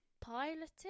piloted